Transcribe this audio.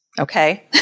Okay